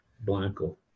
Blanco